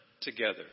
together